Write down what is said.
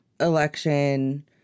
election